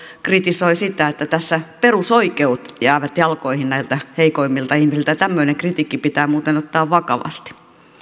kritisoi sitä että tässä perusoikeudet jäävät jalkoihin näiltä heikoimmilta ihmisiltä ja tämmöinen kritiikki pitää muuten ottaa vakavasti